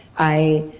i.